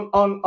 on